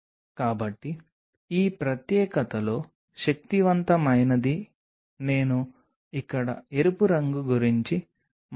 కాబట్టి poly D lysine గురించిన ఒక క్యాచ్ ఎప్పుడూ గుర్తుంచుకోండి పాలీ డి లైసిన్ అధిక సాంద్రతలో కణాల పెరుగుదలను ప్రోత్సహించదు